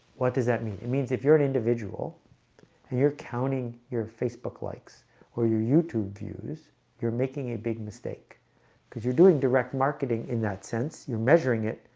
what does that mean? it means if you're an individual and you're counting your facebook likes or your youtube views you're making a big mistake because you're doing direct marketing in that sense you're measuring it,